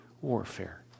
warfare